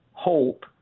hope